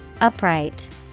Upright